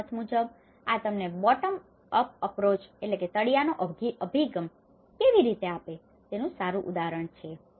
મારા મત મુજબ આ તમને bottom up approach bottom up approach તળિયાનો અભિગમ કેવી રીતે આપે છે તેનું સારું ઉદાહરણ છે